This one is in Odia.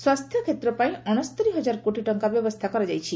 ସ୍ୱାସ୍ଥ୍ୟ କ୍ଷେତ୍ର ପାଇଁ ଅଣସ୍ତରୀ ହଜାର କୋଟି ଟଙ୍କା ବ୍ୟବସ୍ଥା କରାଯାଇଛି